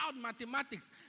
mathematics